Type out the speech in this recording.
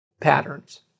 patterns